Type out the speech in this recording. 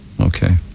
okay